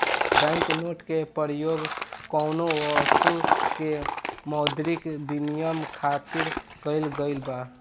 bank note के परयोग कौनो बस्तु के मौद्रिक बिनिमय खातिर कईल गइल बा